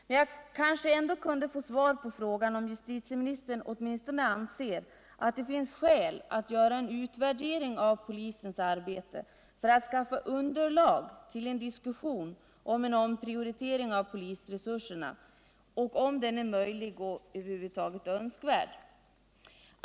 Men jag kanske ändå kunde få svar på frågan om justitieministern anser att det åtminstone finns skäl att göra en utvärdering av polisens arbete för att skaffa underlag till en diskussion om en omprioritering av polisresurserna, om en sådan är möjlig och önskvärd.